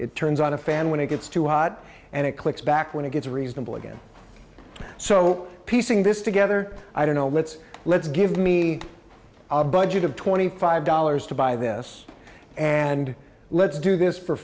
it turns on a fan when it gets too hot and it clicks back when it gets reasonable again so piecing this together i don't know let's let's give me a budget of twenty five dollars to buy this and let's do this for